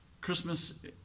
Christmas